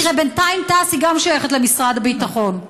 תראה, בינתיים תע"ש שייכת למשרד הביטחון.